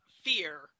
fear